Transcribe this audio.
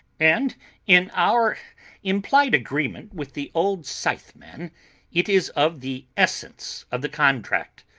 and in our implied agreement with the old scytheman it is of the essence of the contract.